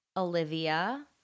Olivia